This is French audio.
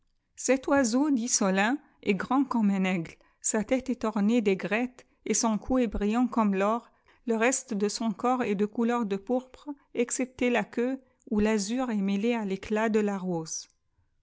cet oiseau dit solin est grand comme un aigle sa tête est ornée d'aigrettes et son cou est brillant comme l'or le reste de son corps est de couleur de pourpre excepté la queue où l'azur est mêlé à l'éclat dé la rose